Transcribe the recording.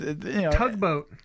Tugboat